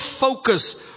focus